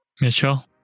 Mitchell